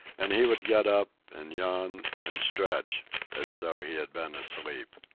and he would get up and yawn and stretch as though he had been asleep.